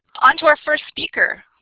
onto our first speaker.